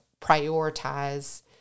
prioritize